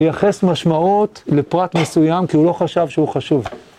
ייחס משמעות לפרט מסוים, כי הוא לא חשב שהוא חשוב.